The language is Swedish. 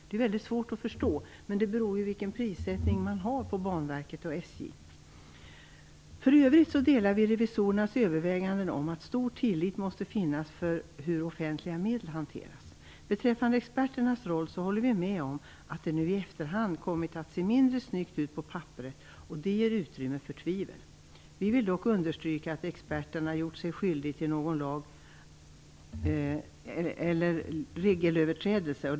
Det är väldigt svårt att förstå. Men det beror ju på Banverkets och SJ:s prissättning. För övrigt delar vi revisorernas överväganden om att stor tillit måste finnas till sättet att hantera offentliga medel. Beträffande experternas roll håller vi med om att det nu i efterhand kommit att se mindre snyggt ut på papperet, vilket ger utrymme för tvivel. Vi vill dock understryka att experterna inte gjort sig skyldiga till någon lag eller regelöverträdelse.